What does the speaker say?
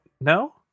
no